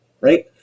right